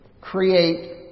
create